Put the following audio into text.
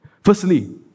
Firstly